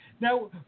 Now